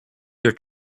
your